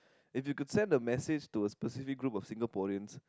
if you could send a message to a specific group of Singaporeans